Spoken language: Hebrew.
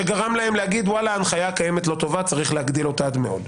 שגרם להם להגיד: "ההנחיה הקיימת לא טובה; צריך להגדיל אותה עד מאוד"?